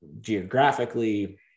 geographically